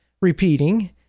repeating